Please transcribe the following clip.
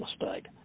mistake